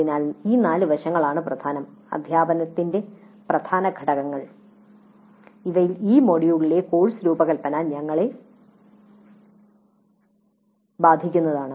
അതിനാൽ ഈ നാല് വശങ്ങളാണ് പ്രധാനം അധ്യാപനത്തിന്റെ പ്രധാന ഘടകങ്ങൾ ഇവയിൽ ഈ മൊഡ്യൂളിലെ കോഴ്സ് രൂപകൽപ്പന ഞങ്ങളെ ബാധിക്കുന്നതാണ്